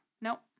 nope